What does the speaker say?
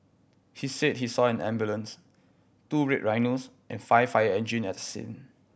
he said he saw an ambulance two Red Rhinos and five fire engines at the scene